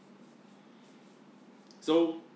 so